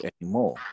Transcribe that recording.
anymore